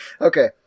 Okay